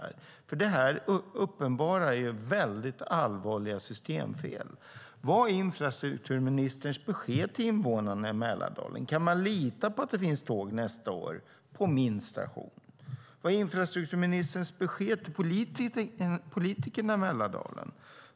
Detta gör att det är uppenbart att det finns allvarliga systemfel. Vad är infrastrukturministerns besked till invånarna i Mälardalen? Kan de lita på att det finns tåg nästa år på deras station? Vad är infrastrukturministerns besked till politikerna i Mälardalen?